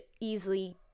easily